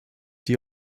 die